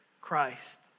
Christ